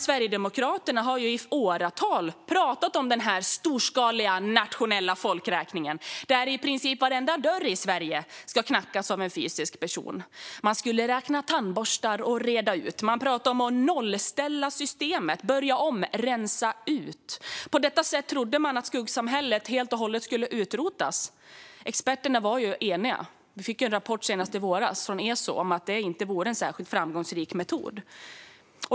Sverigedemokraterna har i åratal pratat om en storskalig nationell folkräkning där i princip varenda dörr i Sverige skulle knackas på av en fysisk person. Man skulle räkna tandborstar och reda ut. Man pratade om att nollställa systemet, att börja om och rensa ut. På detta sätt trodde man att skuggsamhället helt och hållet skulle utrotas. Experterna är eniga - vi fick en rapport från ESO - om att detta inte vore en särskilt framgångsrik metod.